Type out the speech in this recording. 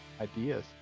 Ideas